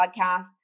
podcast